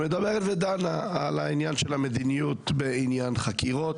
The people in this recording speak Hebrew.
שמדברת ודנה על העניין של המדיניות בעניין חקירות.